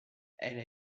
elle